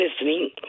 listening